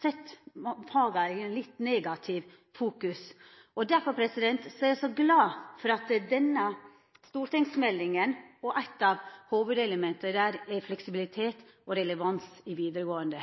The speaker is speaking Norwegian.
sett desse faga i eit litt negativt lys. Derfor er eg så glad for denne stortingsmeldinga. Eit av hovudelementa i meldinga er fleksibilitet og relevans i vidaregåande